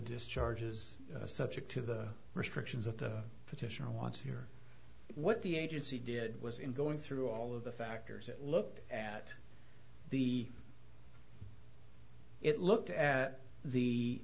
discharge is subject to the restrictions of the petition or want to hear what the agency did was in going through all of the factors that looked at the it looked at the